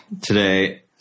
today